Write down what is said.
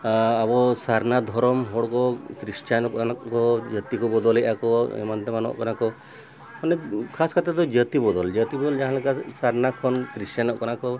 ᱟᱵᱚ ᱥᱟᱨᱱᱟ ᱫᱷᱚᱨᱚᱢ ᱦᱚᱲ ᱠᱚ ᱠᱷᱨᱤᱥᱴᱟᱱᱚᱜ ᱠᱟᱱᱟ ᱠᱚ ᱡᱟᱹᱛᱤ ᱠᱚ ᱵᱚᱫᱚᱞᱮᱜᱼᱟᱠᱚ ᱮᱢᱟᱱ ᱛᱮᱢᱟᱱᱚᱜ ᱠᱟᱱᱟ ᱠᱚ ᱢᱟᱱᱮ ᱠᱷᱟᱥ ᱠᱟᱛᱮᱫᱚ ᱡᱟᱹᱛᱤ ᱵᱚᱫᱚᱞ ᱡᱟᱹᱛᱤ ᱵᱚᱫᱚᱞ ᱡᱟᱦᱟᱸ ᱞᱮᱠᱟ ᱥᱟᱨᱱᱟ ᱠᱷᱚᱱ ᱠᱨᱤᱥᱴᱟᱱᱚᱜ ᱠᱟᱱᱟ ᱠᱚ